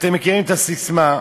אתם מכירים את הססמה,